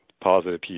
positive